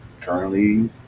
currently